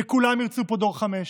וכולם ירצו פה דור 5,